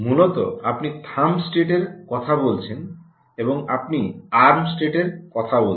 মূলত আপনি থাম্ব স্টেটের কথা বলছেন এবং আপনি আর্ম স্টেটের কথা বলছেন